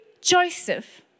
Joseph